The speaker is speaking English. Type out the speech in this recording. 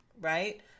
Right